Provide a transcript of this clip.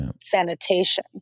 Sanitation